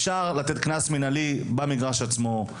אפשר לתת קנס מנהלי במגרש עצמו.